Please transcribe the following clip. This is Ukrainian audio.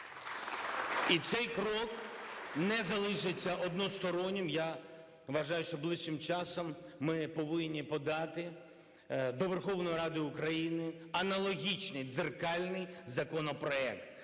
І цей крок не залишиться одностороннім. Я вважаю, що ближчим часом ми повинні подати до Верховної Ради України аналогічний дзеркальний законопроект.